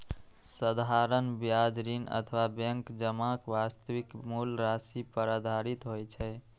साधारण ब्याज ऋण अथवा बैंक जमाक वास्तविक मूल राशि पर आधारित होइ छै